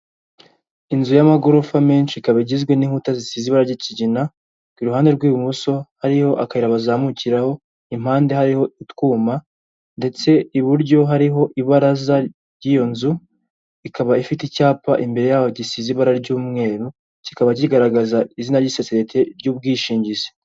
Inzu y'amagorofa menshi ikaba igizwe n'inkuta zisize ibara ry'ikigina, ku ruhande rw'ibumoso hariyo akayira bazamukiraho impande hariho utwuma ndetse iburyo hariho ibaraza ry'iyo nzu, ikaba ifite icyapa imbere yaho gisize ibara ry'umweru, kikaba kigaragaza izina ry'isosiyete ry'ubwishingizi.